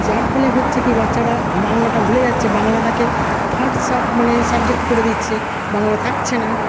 যার ফলে হচ্ছে কী বাচ্ছারা বাংলাটা ভুলে যাচ্ছে বাংলাটাকে থার্ড মানে সাবজেক্ট করে দিচ্ছে বাংলা থাকছেনা